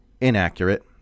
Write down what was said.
inaccurate